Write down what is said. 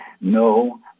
no